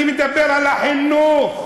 אני מדבר על החינוך.